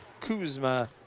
Kuzma